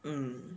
mm